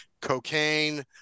cocaine